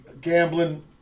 gambling